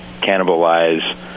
cannibalize